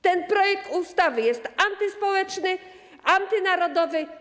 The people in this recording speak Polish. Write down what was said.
Ten projekt ustawy jest antyspołeczny, antynarodowy.